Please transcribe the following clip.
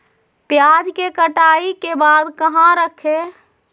प्याज के कटाई के बाद कहा रखें?